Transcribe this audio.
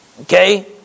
okay